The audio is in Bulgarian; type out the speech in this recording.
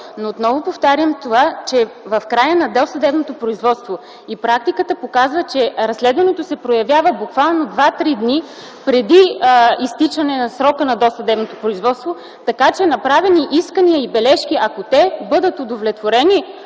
Отново повтарям: това е в края на досъдебното производство. Практиката показва, че разследването се проявява буквално два-три дни преди изтичане на срока на досъдебното производство, така че направени искания и бележки, ако бъдат удовлетворени